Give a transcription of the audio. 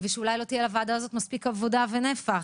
ושאולי לא תהיה לוועדה הזאת מספיק עבודה ונפח.